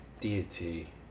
deity